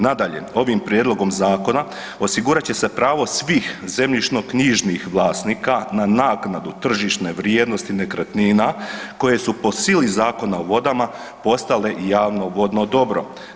Nadalje, ovim prijedlogom zakona osigurat će se pravo svih zemljišno-knjižnih vlasnika na naknadu tržišne vrijednosti nekretnina koje su po sili Zakona o vodama postale i javno vodno dobro.